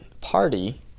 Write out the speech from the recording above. party